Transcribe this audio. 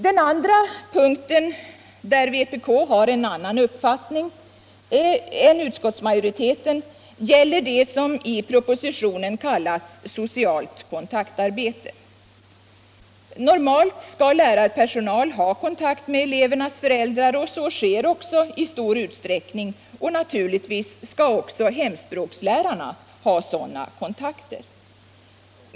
Den andra viktiga punkten där vpk har en annan uppfattning än utskottsmajoriteten gäller det som i propositionen kallas socialt kontaktarbete. Normalt skall lärarpersonal ha kontakt med elevernas föräldrar och så sker också i stor utsträckning. Naturligtvis skall också hemspråkslärarna ha sådana kontakter.